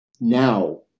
now